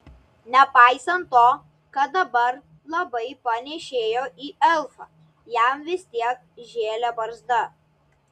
nepaisant to kad dabar labai panėšėjo į elfą jam vis tiek žėlė barzda